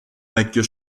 vecchio